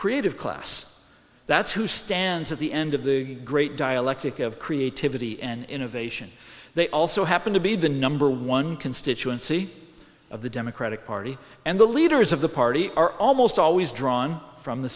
creative class that's who stands at the end of the great dialectic of creativity and innovation they also happen to be the number one constituency of the democratic party and the leaders of the party are almost always drawn from the